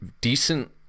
decent